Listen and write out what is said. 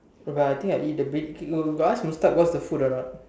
okay I think I eat abit you you got ask Mustad what's the food or not